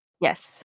Yes